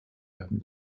werden